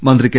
മന്ത്രി കെ